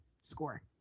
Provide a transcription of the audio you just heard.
score